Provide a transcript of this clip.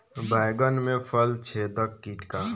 बैंगन में फल छेदक किट का ह?